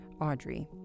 Audrey